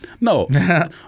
No